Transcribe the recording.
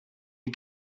you